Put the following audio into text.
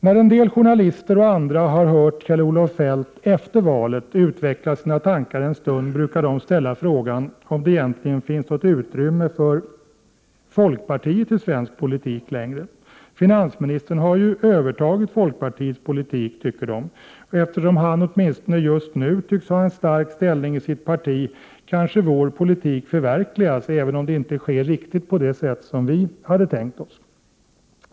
När en del journalister och andra har hört Kjell-Olof Feldt efter valet utveckla sina tankar en stund brukar de ställa frågan om det egentligen finns något utrymme i svensk politik för folkpartiet längre. De tycker att finansministern har övertagit folkpartiets politik. Eftersom han åtminstone just nu tycks ha en stark ställning i sitt parti, kommer kanske vår politik att förverkligas, även om det inte sker riktigt på det sätt som vi hade tänkt oss.